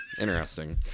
Interesting